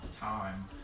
time